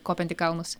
kopiant į kalnus